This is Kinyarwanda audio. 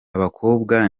abakobwa